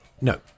No